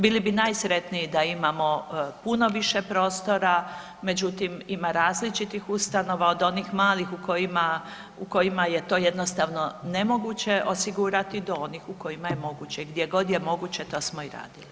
Bili bi najsretniji da imamo puno više prostora, međutim, ima različitih ustanova, od onih malih u kojima, u kojima je to jednostavno nemoguće osigurati do onih u kojima je moguće i gdje god je moguće, to smo i radili.